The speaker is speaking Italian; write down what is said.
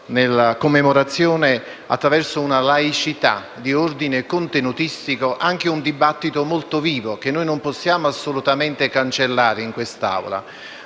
nella commemorazione - di una laicità di ordine contenutistico, un dibattito molto vivo, che non possiamo assolutamente cancellare in quest'Aula.